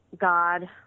God